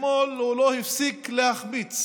אתמול לא הפסיק להחמיץ,